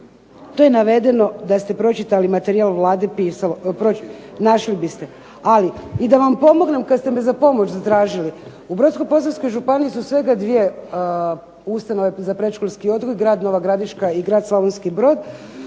To je navedeno, da ste pročitali materijal Vlade našli biste. Ali i da vam pomognem kad ste me za pomoć zatražili. U Brodsko-posavskoj županiji su svega dvije ustanove za predškolski odgoj grad Nova Gradiška i grad Slavonski Brod.